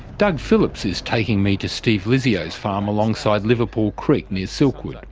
doug phillips is taking me to steve lizzio's farm alongside liverpool creek near silkwood.